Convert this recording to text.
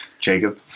Jacob